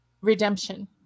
redemption